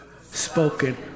Spoken